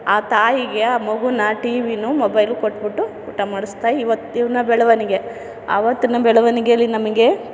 ಆ ತಾಯಿಗೆ ಆ ಮಗುನ ಟಿವಿನು ಮೊಬೈಲು ಕೊಟ್ಬಿಟ್ಟು ಊಟ ಮಾಡಿಸ್ತಾ ಇವತ್ತಿನ ಬೆಳವಣಿಗೆ ಆವತ್ತಿನ ಬೆಳವಣಿಗೇಲಿ ನಮಗೆ